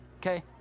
okay